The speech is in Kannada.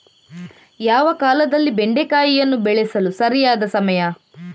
ಯಾವ ಕಾಲದಲ್ಲಿ ಬೆಂಡೆಕಾಯಿಯನ್ನು ಬೆಳೆಸಲು ಸರಿಯಾದ ಸಮಯ?